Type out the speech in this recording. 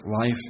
life